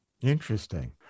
Interesting